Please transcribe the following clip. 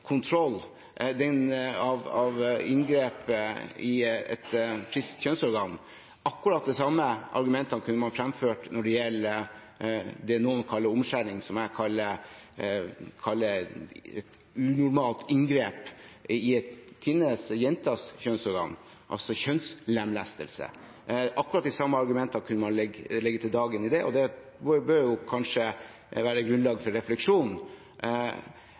kontroll av inngrep i et friskt kjønnsorgan, at akkurat de samme argumentene kunne man fremført når det gjelder det noen kaller omskjæring, men som jeg kaller et unormalt inngrep i jenters kjønnsorgan, altså kjønnslemlestelse. Akkurat de samme argumentene kunne man bruke mot det, og det bør kanskje være grunnlag for refleksjon.